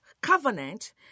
covenant